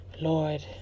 lord